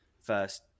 first